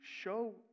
show